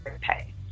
pay